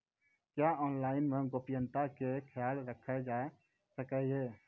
क्या ऑनलाइन मे गोपनियता के खयाल राखल जाय सकै ये?